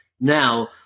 now